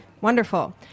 Wonderful